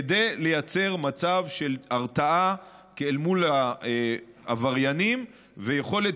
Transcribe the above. כדי לייצר מצב של הרתעה אל מול העבריינים ויכולת